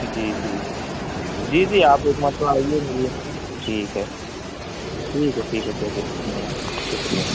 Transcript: جی جی جی جی آپ ایک مرتبہ آئیے ملیے ٹھیک ہے ٹھیک ہے ٹھیک ہے چلیے دھنیہ واد شکریہ